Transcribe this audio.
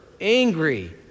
angry